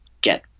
get